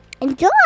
Enjoy